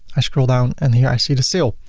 i scroll down and here i see the sale.